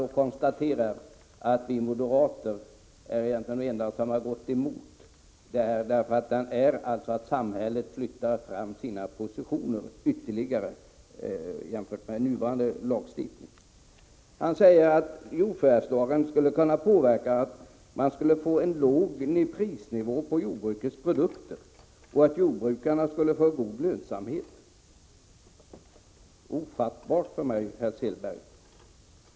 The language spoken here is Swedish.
Låt mig konstatera att vi moderater egentligen är de enda som har gått emot det här förslaget, som innebär att samhället flyttar fram sina positioner ytterligare jämfört med nuvarande lagstiftning. Åke Selberg säger att en ändring av jordförvärvslagen skulle medföra en låg prisnivå på jordbrukets produkter och att jordbrukarna skulle få en god lönsamhet. Det är ofattbart för mig, herr Selberg.